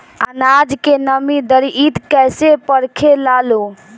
आनाज के नमी घरयीत कैसे परखे लालो?